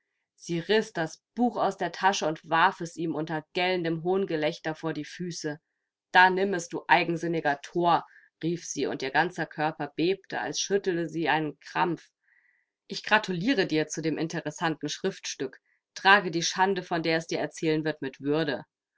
sie riß das buch aus der tasche und warf es ihm unter gellendem hohngelächter vor die füße da nimm es du eigensinniger thor rief sie und ihr ganzer körper bebte als schüttele sie ein krampf ich gratuliere dir zu dem interessanten schriftstück trage die schande von der es dir erzählen wird mit würde